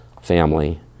family